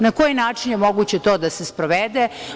Na koji način je moguće to da se sprovede?